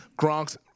Gronk's